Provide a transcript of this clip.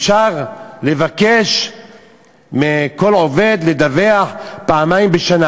אפשר לבקש מכל עובד לדווח פעמיים בשנה.